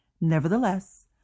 nevertheless